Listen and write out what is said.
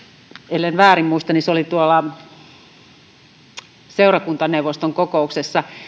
ellen väärin muista se oli seurakuntaneuvoston kokouksessa